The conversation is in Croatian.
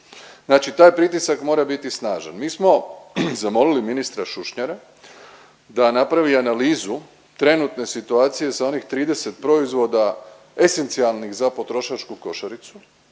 Znači taj pritisak mora biti snažan. Mi smo zamolili ministra Šušnjara da napravi analizu trenutne situacije sa onih 30 proizvoda esencijalnih za potrošačku košaricu